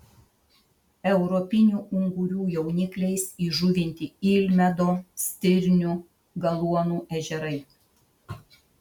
europinių ungurių jaunikliais įžuvinti ilmedo stirnių galuonų ežerai